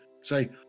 say